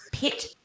pet